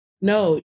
No